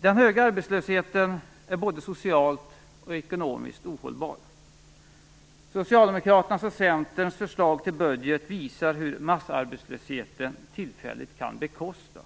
Den höga arbetslösheten är både socialt och ekonomiskt ohållbar. Socialdemokraternas och Centerns förslag till budget visar hur massarbetslösheten tillfälligt kan bekostas.